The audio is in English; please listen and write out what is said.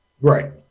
Right